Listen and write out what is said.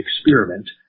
experiment